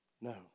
no